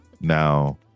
Now